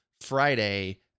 Friday